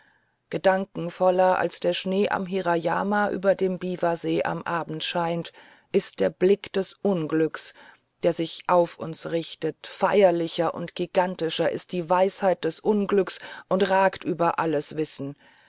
gedankenvoller als der schnee am hirayama über dem biwasee im abend scheint ist der blick des unglücks wenn er sich auf uns richtet feierlicher und gigantischer ist die weisheit des unglücks und ragt über alles wissen